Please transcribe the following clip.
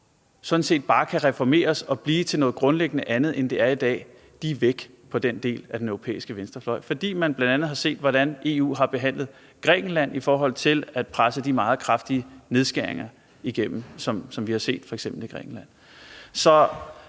sådan set bare kunne reformeres og blive til noget grundlæggende andet, end det er i dag, er væk i den del af den europæiske venstrefløj, fordi man bl.a. har set, hvordan EU har behandlet f.eks Grækenland i forhold til at presse de meget kraftige nedskæringer igennem, som vi har set.